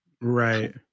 Right